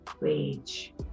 wage